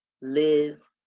live